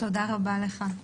תודה רבה לך.